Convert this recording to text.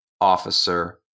officer